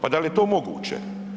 Pa da li je to moguće?